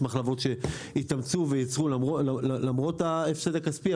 יש מחלבות שהתאמצו וייצרו למרות ההפסד הכספי,